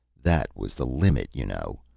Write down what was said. that was the limit, you know.